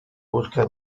busca